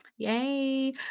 Yay